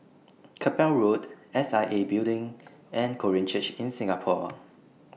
Keppel Road S I A Building and Korean Church in Singapore